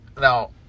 now